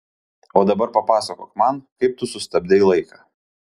o dabar papasakok man kaip tu sustabdei laiką